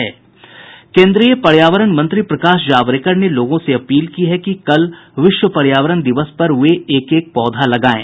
केन्द्रीय पर्यावरण मंत्री प्रकाश जावड़ेकर ने लोगों से अपील की है कि वे कल विश्व पर्यावरण दिवस पर एक एक पौधा लगायें